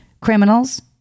criminals